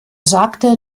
sagte